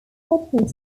coating